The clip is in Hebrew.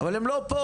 אבל הם לא פה.